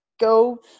go –